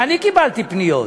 ואני קיבלתי פניות,